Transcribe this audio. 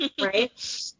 Right